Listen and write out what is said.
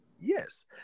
Yes